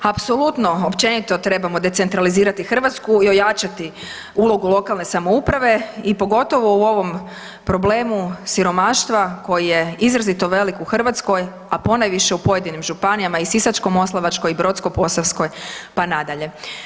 Apsolutno općenito trebamo decentralizirati Hrvatsku i ojačati ulogu lokalne samouprave i pogotovo u ovom problemu siromaštva koji je izrazito velik u Hrvatskoj a ponajviše u pojedinim županijama i Sisačko-moslavačkoj i brodsko-posavskoj pa na dalje.